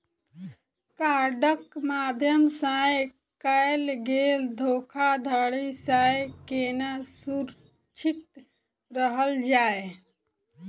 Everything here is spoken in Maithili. कार्डक माध्यम सँ कैल गेल धोखाधड़ी सँ केना सुरक्षित रहल जाए?